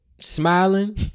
smiling